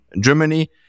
germany